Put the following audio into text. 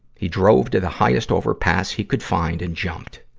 he drove to the highest overpass he could find and jumped.